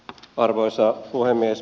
arvoisa puhemies